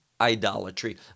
idolatry